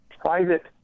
private